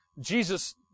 Jesus